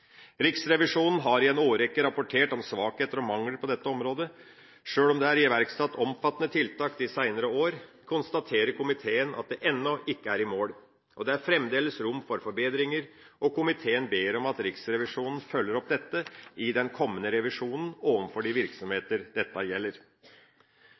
Riksrevisjonen har i en årrekke rapportert om svakheter og mangler på dette området. Sjøl om det er iverksatt omfattende tiltak de seinere år, konstaterer komiteen at det ennå ikke er i mål. Det er fremdeles rom for forbedringer, og komiteen ber om at Riksrevisjonen følger opp dette i den kommende revisjonen overfor de